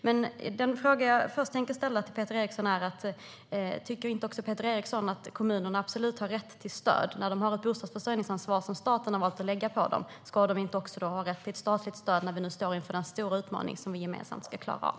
Den första frågan jag tänker ställa till Peter Eriksson är om inte han också tycker att kommunerna absolut har rätt till stöd. När de har ett bostadsförsörjningsansvar som staten har valt att lägga på dem, ska de då inte också ha rätt till statligt stöd när vi nu står inför den stora utmaning vi gemensamt ska klara av?